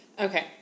Okay